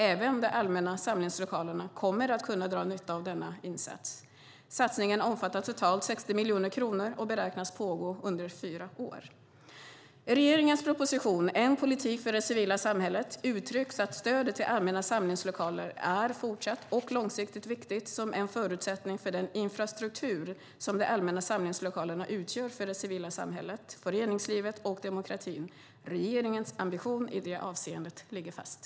Även de allmänna samlingslokalerna kommer att kunna dra nytta av denna insats. Satsningen omfattar totalt 60 miljoner kronor och beräknas pågå under fyra år. I regeringens proposition En politik för det civila samhället uttrycks att stödet till allmänna samlingslokaler även i fortsättningen är långsiktigt viktigt som en förutsättning för den infrastruktur som de allmänna samlingslokalerna utgör för det civila samhället, föreningslivet och demokratin. Regeringens ambition i det avseendet ligger fast.